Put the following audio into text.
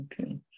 Okay